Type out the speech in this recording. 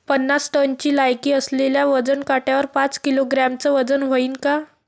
पन्नास टनची लायकी असलेल्या वजन काट्यावर पाच किलोग्रॅमचं वजन व्हईन का?